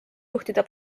juhtida